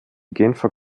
genfer